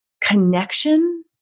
connection